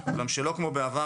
אולם שלא כמו בעבר,